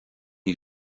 aon